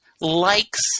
likes